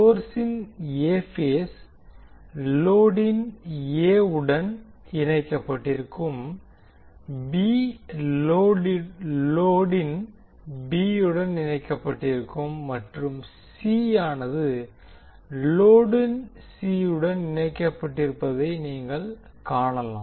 சோர்ஸின் A phase லோடின் A வுடன் இணைக்கப்பட்டிருக்கும் பி லோடின் பி யுடன் இணைக்கப்பட்டிருக்கும் மற்றும் சி யானது லோடின் சி யுடன் இணைக்கப்பட்டிருப்பதை நீங்கள் காணலாம்